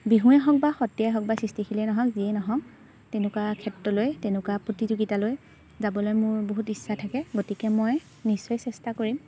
বিহুৱেই হওক বা সত্ৰীয়াই হওক বা সৃষ্টিশীলেই নহওক যিয়েই নহওক তেনেকুৱা ক্ষেত্ৰলৈ তেনেকুৱা প্ৰতিযোগিতালৈ যাবলৈ মোৰ বহুত ইচ্ছা থাকে গতিকে মই নিশ্চয় চেষ্টা কৰিম